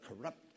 corrupt